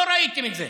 לא ראיתם את זה.